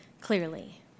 clearly